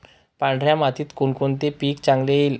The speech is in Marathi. पांढऱ्या मातीत कोणकोणते पीक चांगले येईल?